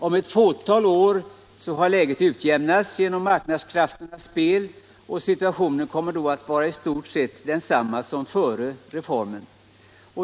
Om ett fåtal år har läget utjämnats genom marknadskrafternas spel och situationen kommer då att vara i stort sett densamma som före reformen.